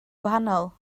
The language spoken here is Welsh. gwahanol